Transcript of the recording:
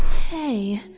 hey!